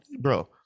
Bro